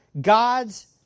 God's